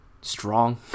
strong